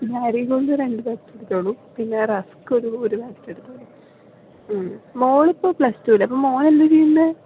മാരിഗോൾഡിന്റെ ഒരു രണ്ടു പാക്കറ്റ് എടുത്തോളൂ പിന്നെ റെസ്ക്ക് ഒരു ഒരു പാക്കറ്റ് എടുത്തോളൂ മകളിപ്പോൾ പ്ലസ്ടൂവിൽ അപ്പോൾ മകനെന്താ ചെയ്യുന്നത്